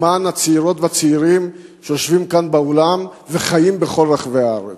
למען הצעירות והצעירים שיושבים כאן באולם וחיים כל רחבי הארץ.